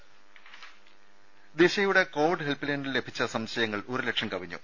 രേര ദിശയുടെ covid help ലൈനിൽ ലഭിച്ച സംശയങ്ങൾ ഒരു ലക്ഷം കവിഞ്ഞു